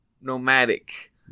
nomadic